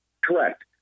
Correct